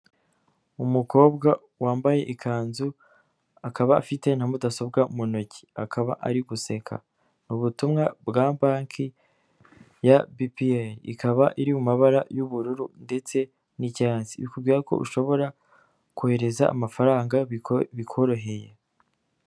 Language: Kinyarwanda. Umukobwa wambaye ikanzu, akaba afite na mudasobwa mu ntoki, akaba ari guseka, ubutumwa bwa banki ya BPR, ikaba iri mu mabara y'ubururu, ndetse n'icyatsi, bikubwira ko ushobora kohereza amafaranga mu buryo bukoroheye.